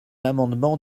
amendement